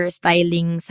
styling